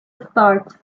stars